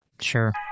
Sure